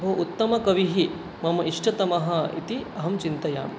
बहु उत्तमकविः मम इष्टतमः इति अहं चिन्तयामि